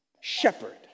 Shepherd